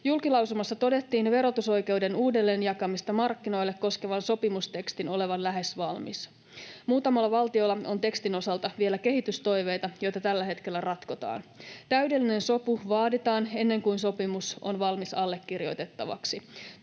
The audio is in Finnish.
Julkilausumassa todettiin verotusoikeuden uudelleenjakamista markkinoille koskevan sopimustekstin olevan lähes valmis. Muutamalla valtiolla on tekstin osalta vielä kehitystoiveita, joita tällä hetkellä ratkotaan. Täydellinen sopu vaaditaan, ennen kuin sopimus on valmis allekirjoitettavaksi.